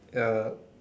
ya